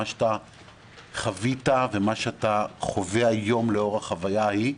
מה שאתה חווית ומה שאתה חווה היום לאור החוויה ההיא,